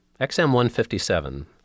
XM157